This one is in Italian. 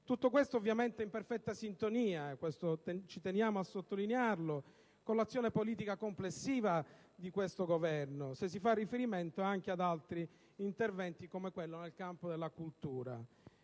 Tutto questo ovviamente è in perfetta sintonia - ci teniamo a sottolinearlo - con l'azione politica complessiva dell'attuale Governo, se si fa riferimento anche ad altri interventi, come quello nel campo della cultura.